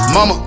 Mama